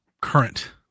current